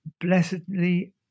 blessedly